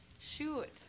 Shoot